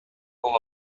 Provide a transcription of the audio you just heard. pull